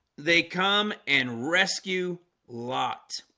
they come and rescue lot